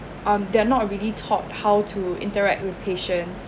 um they are not really taught how to interact with patients